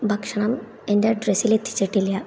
ഭക്ഷണം എൻ്റെ അഡ്രസ്സിൽ എത്തിച്ചിട്ടില്ല